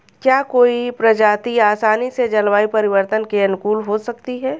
क्या कोई प्रजाति आसानी से जलवायु परिवर्तन के अनुकूल हो सकती है?